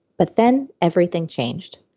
but then everything changed.